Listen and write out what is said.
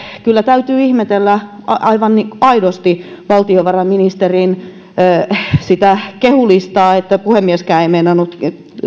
kyllä täytyy ihmetellä aivan aidosti valtiovarainministerin kehulistaa puhemieskään ei meinannut